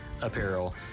apparel